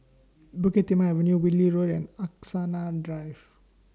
Bukit Timah Avenue Whitley Road and Angsana Drive